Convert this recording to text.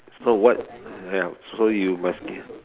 so what ya so you must